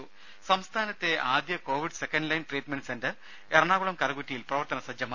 രുമ സംസ്ഥാനത്തെ ആദ്യ covid second line treatment centre Ernakulam കറുകുറ്റിയിൽ പ്രവർത്തന സജ്ജമായി